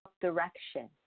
direction